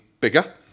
bigger